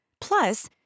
Plus